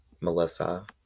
Melissa